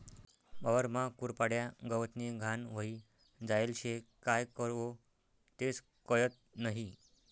वावरमा कुरपाड्या, गवतनी घाण व्हयी जायेल शे, काय करवो तेच कयत नही?